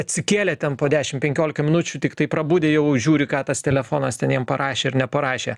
atsikėlę ten po dešim penkiolika minučių tiktai prabudę jau žiūri ką tas telefonas ten jiem parašė ir neparašė